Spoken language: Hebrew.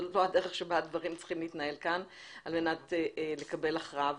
זאת לא הדרך בה הדברים צריכים להתנהל כאן על מנת לקבל הכרעה.